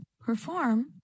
Perform